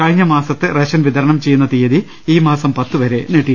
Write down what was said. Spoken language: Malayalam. കഴിഞ്ഞമാസത്തെ റേഷൻ വിതരണം ചെയ്യുന്ന തിയ്യതി ഈ മാസം പത്തു വരെ നീട്ടി